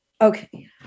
Okay